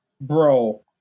bro